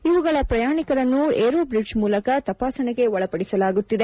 ಇವುಗಳ ಪ್ರಯಾಣಿಕರನ್ನು aerobridge ಮೂಲಕ ತಪಾಸಣೆಗೆ ಒಳಪಡಿಸಲಾಗುತ್ತಿದೆ